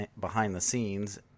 behind-the-scenes